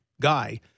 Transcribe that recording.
guy